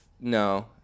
no